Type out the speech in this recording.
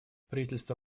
правительство